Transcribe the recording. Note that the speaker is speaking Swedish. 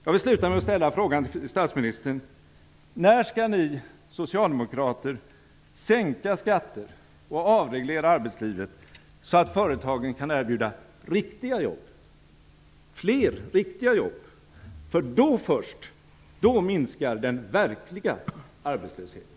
Jag vill sluta med att ställa frågan till statsministern: När skall ni socialdemokrater sänka skatter och avreglera arbetslivet så att företagen kan erbjuda fler riktiga jobb? Då först minskar den verkliga arbetslösheten.